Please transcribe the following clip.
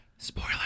Spoiler